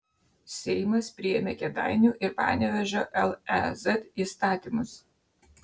seimas priėmė kėdainių ir panevėžio lez įstatymus